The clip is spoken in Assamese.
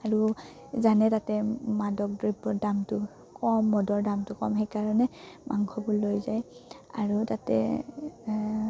আৰু জানে তাতে মাদক দ্ৰব্যৰ দামটো কম মদৰ দামটো কম সেইকাৰণে মাংসবোৰ লৈ যায় আৰু তাতে